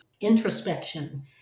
introspection